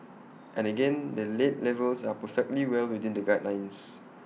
and again the lead levels are perfectly well within the guidelines